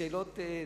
בשאלות טלגרפיות?